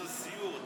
עושה סיור,